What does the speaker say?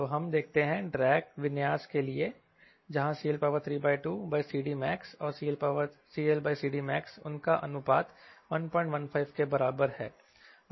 तो हम देखते हैं ड्रैग विन्यास के लिए जहां CL32CDmax और CLCDmaxउनका अनुपात 115 के बराबर है